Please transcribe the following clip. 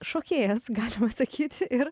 šokėjas galima sakyti ir